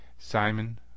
Simon